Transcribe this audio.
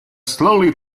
slowly